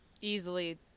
Easily